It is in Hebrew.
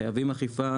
חייבים באכיפה.